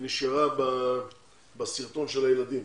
נשארה בסרטון של הילדים.